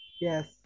Yes